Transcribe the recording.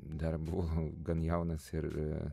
dar buvau gan jaunas ir